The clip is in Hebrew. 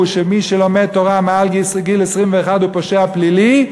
שמי שלומד תורה מעל גיל 21 הוא פושע פלילי.